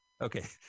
Okay